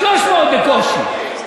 300 בקושי.